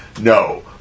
no